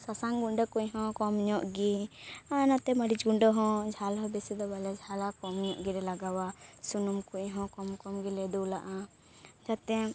ᱥᱟᱥᱟᱝ ᱜᱩᱰᱟᱹ ᱠᱩᱡ ᱦᱚᱸ ᱠᱩᱢ ᱧᱚᱜ ᱜᱮ ᱟᱨ ᱱᱚᱛᱮ ᱢᱟᱹᱨᱤᱡ ᱜᱩᱰᱟᱹ ᱦᱚᱸ ᱡᱷᱟᱞ ᱦᱚᱸ ᱵᱤᱥᱤ ᱫᱚ ᱵᱟᱞᱮ ᱡᱟᱞᱟ ᱠᱚᱢ ᱧᱚᱜ ᱜᱮᱞᱮ ᱞᱟᱜᱟᱣᱟ ᱥᱩᱱᱩᱢ ᱠᱩᱪ ᱦᱚᱸ ᱠᱚᱢ ᱠᱚᱢ ᱜᱮᱞᱮ ᱫᱩᱞᱟᱜᱼᱟ ᱡᱟᱛᱮ